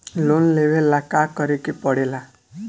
Loan लेबे ला का करे के पड़े ला?